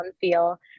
feel